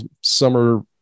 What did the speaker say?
summer